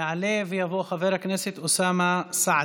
יעלה ויבוא חבר הכנסת אוסאמה סעדי.